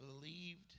believed